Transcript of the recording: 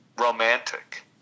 romantic